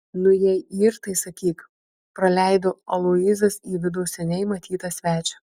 nu jei yr tai sakyk praleido aloyzas į vidų seniai matytą svečią